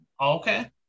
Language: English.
okay